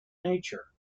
nature